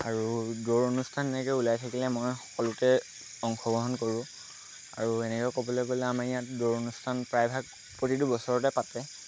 আৰু দৌৰ অনুষ্ঠান এনেকৈ ওলাই থাকিলে মই সকলোতে অংশগ্ৰহণ কৰোঁ আৰু এনেকৈ ক'বলৈ গ'লে আমাৰ ইয়াত দৌৰ অনুষ্ঠান প্ৰায়ভাগ প্ৰতিটো বছৰতে পাতে